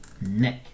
Nick